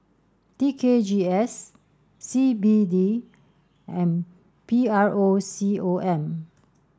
T K G S C B D and P R O C O M